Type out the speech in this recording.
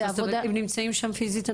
הם נמצאים שם פיזית.